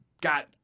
got